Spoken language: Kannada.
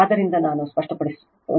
ಆದ್ದರಿಂದ ನಾನು ಅದನ್ನು ಸ್ಪಷ್ಟಗೊಳಿಸುತ್ತದೆ